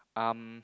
um